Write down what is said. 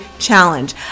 challenge